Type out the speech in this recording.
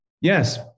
yes